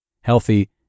healthy